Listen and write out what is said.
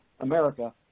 America